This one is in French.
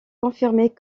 confirmés